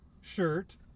shirt